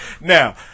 Now